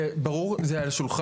זה ברור, זה על השולחן.